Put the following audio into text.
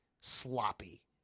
sloppy